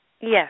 Yes